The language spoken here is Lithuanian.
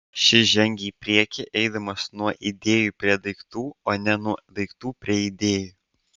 šis žengia į priekį eidamas nuo idėjų prie daiktų o ne nuo daiktų prie idėjų